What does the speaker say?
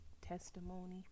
testimony